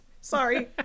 Sorry